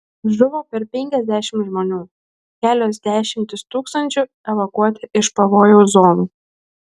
žuvo per penkiasdešimt žmonių kelios dešimtys tūkstančių evakuoti iš pavojaus zonų